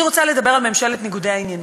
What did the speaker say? אני רוצה לדבר על ממשלת ניגודי העניינים.